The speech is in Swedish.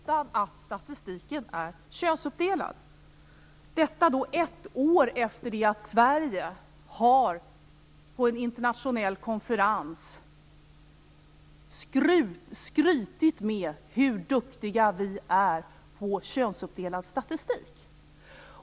Men statistiken är inte könsuppdelad, och detta ett år efter det att Sverige på en internationell konferens har skrytit med hur duktiga vi är på könsuppdelad statistik.